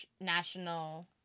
national